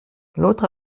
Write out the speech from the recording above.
l’autre